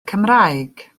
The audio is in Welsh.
cymraeg